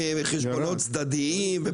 חשבונות צדדיים,